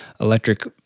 electric